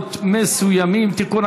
במוסדות מסוימים (תיקון,